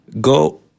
Go